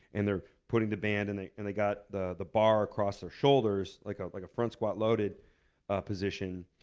and they're putting the band and they and they got the the bar across their shoulders like ah like a front squat loaded ah position.